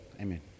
Amen